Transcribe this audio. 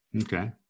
Okay